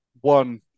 one